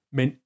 Men